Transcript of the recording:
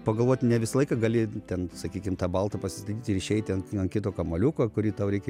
pagalvot ne visą laiką gali ten sakykim tą baltą pasistatyt ir išeit ten kito kamuoliuko kurį tau reikia